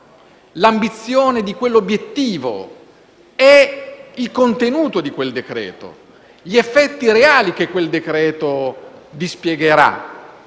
l'ambizione di quell'obiettivo e il contenuto di quel decreto-legge, gli effetti reali che esso dispiegherà.